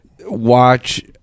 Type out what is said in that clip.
watch